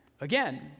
again